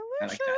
Delicious